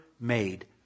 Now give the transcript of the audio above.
made